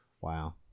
Wow